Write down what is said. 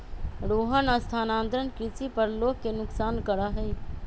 रोहन स्थानांतरण कृषि पर लोग के नुकसान करा हई